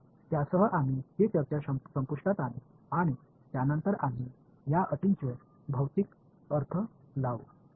तर त्यासह आम्ही ही चर्चा संपुष्टात आणू आणि त्यानंतर आम्ही या अटींचे भौतिक अर्थ लावू